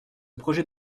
projet